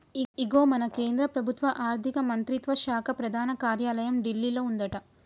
ఇగో మన కేంద్ర ప్రభుత్వ ఆర్థిక మంత్రిత్వ శాఖ ప్రధాన కార్యాలయం ఢిల్లీలో ఉందట